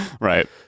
right